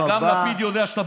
וגם לפיד יודע את זה.